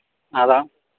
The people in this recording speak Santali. ᱟᱫᱚ